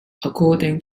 according